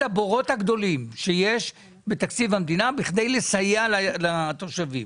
בכדי לסייע לתושבים.